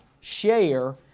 share